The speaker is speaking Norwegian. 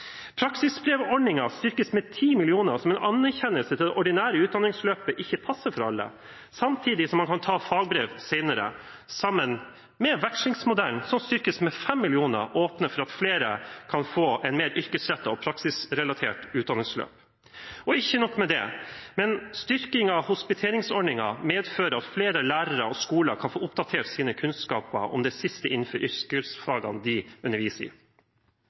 Praksisbrevordningen styrkes med 10 mill. kr – som en anerkjennelse til at det ordinære utdanningsløpet ikke passer for alle, samtidig som man kan ta fagbrev senere sammen med vekslingsmodellen, som styrkes med 5 mill. kr. Det åpner for at flere kan få et mer yrkesrettet og praksisrelatert utdanningsløp. Og ikke nok med det: Styrking av hospiteringsordningen medfører at flere lærere – og skoler – kan få oppdatert sin kunnskap om det siste innenfor yrkesfagene de underviser i.